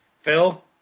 Phil